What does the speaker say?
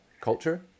culture